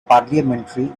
parliamentary